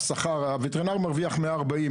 הווטרינר מרוויח מאה ארבעים,